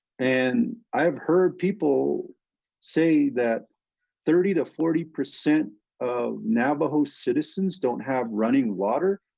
and i have heard people say that thirty to forty percent of navajo citizens, don't have running water?